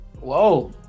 Whoa